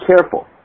careful